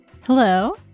Hello